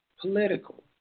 political